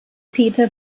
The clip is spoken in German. peter